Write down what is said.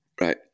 right